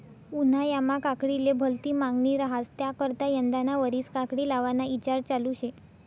उन्हायामा काकडीले भलती मांगनी रहास त्याकरता यंदाना वरीस काकडी लावाना ईचार चालू शे